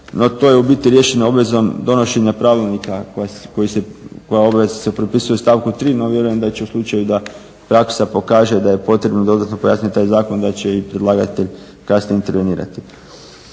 to je u biti riješeno obvezom donošenja pravilnika koja obveza se propisuje stavkom 3., no vjerujem da će u slučaju da praksa pokaže da je potrebno dodatno pojasnit taj zakon da će i predlagatelj kasnije intervenirati.